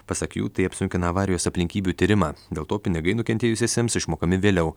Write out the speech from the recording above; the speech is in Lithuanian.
pasak jų tai apsunkina avarijos aplinkybių tyrimą dėl to pinigai nukentėjusiesiems išmokami vėliau